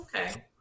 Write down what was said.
Okay